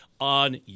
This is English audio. on